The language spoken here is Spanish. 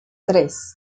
tres